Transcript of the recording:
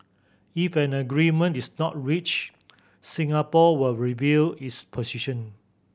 if an agreement is not reached Singapore will review its position